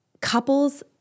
couples